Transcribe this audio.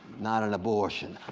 not an abortion.